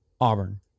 Auburn